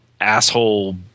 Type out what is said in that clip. asshole